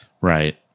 Right